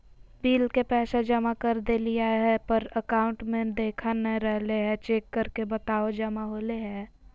Bill के पैसा जमा कर देलियाय है पर अकाउंट में देखा नय रहले है, चेक करके बताहो जमा होले है?